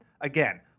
Again